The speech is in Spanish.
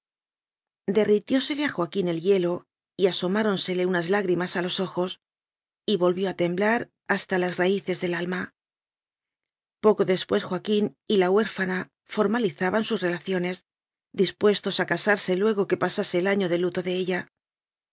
derritiósele a joaquín el hielo y asomárorisele unas lágrimas a los ojos y volvió a temblar hastá las raíces del alma poco después joaquín y la huérfana for malizaban sus relaciones dispuestos a casar se luego que pasase el año de luto de ella